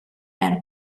and